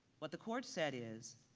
what the court said is,